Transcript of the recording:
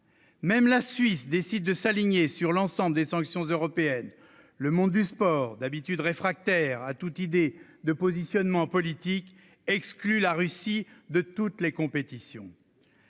Même la Suisse décide de s'aligner sur l'ensemble des sanctions européennes. Le monde du sport, d'habitude réfractaire à toute idée de positionnement politique, exclut la Russie de toutes les compétitions.